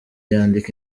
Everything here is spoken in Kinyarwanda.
yandika